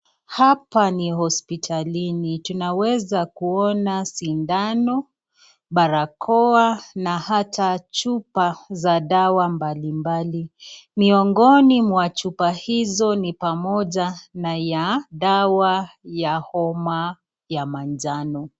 Hapa ni hospitalini, tunaweza kuona sindano, barakoa na ata chupa za dawa mbalimbali. Miongoni mwa chupa hizo ni pamoja na ya dawa ya homa ya manjano.